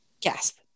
gasp